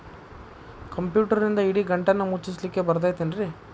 ಕಂಪ್ಯೂಟರ್ನಿಂದ್ ಇಡಿಗಂಟನ್ನ ಮುಚ್ಚಸ್ಲಿಕ್ಕೆ ಬರತೈತೇನ್ರೇ?